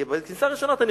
כי בקומה הראשונה אתה נכנס,